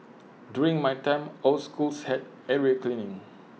during my time all schools had area cleaning